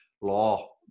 law